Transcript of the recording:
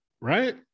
Right